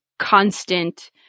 constant